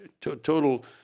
total